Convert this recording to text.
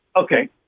okay